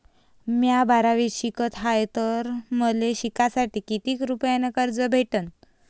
म्या बारावीत शिकत हाय तर मले शिकासाठी किती रुपयान कर्ज भेटन?